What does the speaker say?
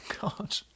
God